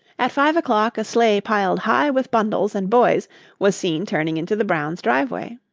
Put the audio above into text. at five o'clock a sleigh piled high with bundles and boys was seen turning into the brown's driveway.